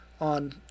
on